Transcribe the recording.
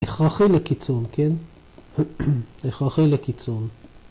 ‫הכרחי לקיצון, כן? ‫הכרחי לקיצון.